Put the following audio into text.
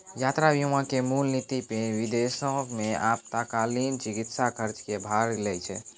यात्रा बीमा के मूल नीति पे विदेशो मे आपातकालीन चिकित्सा खर्च के भार लै छै